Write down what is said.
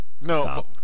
No